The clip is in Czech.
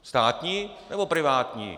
Státní, nebo privátní?